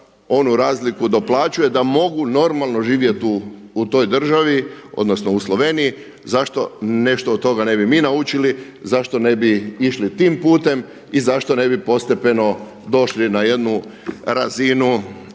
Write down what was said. da mogu normalno živjeti u toj državi, odnosno u Sloveniji, zašto nešto od toga ne bi mi naučili, zašto ne bi išli tim putem i zašto ne bi postepeno došli na jednu razinu